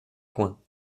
coins